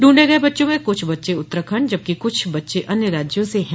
दृंढे गए बच्चों में कुछ बच्चे उत्तराखण्ड जबकि कुछ बच्चे अन्य राज्यों से भी हैं